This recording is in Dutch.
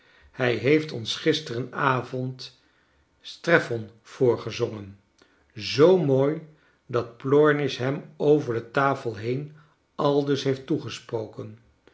hij heeft ons gisterenavond strephon voorgezongen zoo mooi dat plornish hem over de tafel heen aidus heeft toegesproken